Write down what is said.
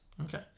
Okay